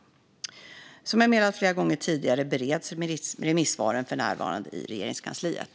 Som jag har meddelat flera gånger tidigare bereds remissvaren för närvarande i Regeringskansliet.